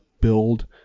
build